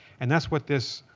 and that's what this